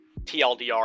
TLDR